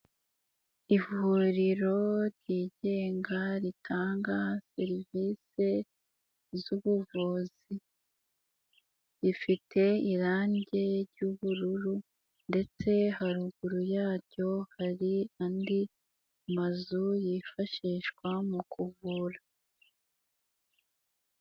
Ivuriro ryigenga ritanga serivisi z'buvuzi, rifite irangi ry'ubururu ndetse haruguru yaryo hari andi mazu yifashishwa mu kuvura.